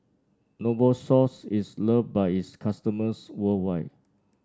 novosource is loved by its customers worldwide